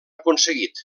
aconseguit